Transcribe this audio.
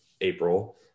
april